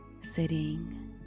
sitting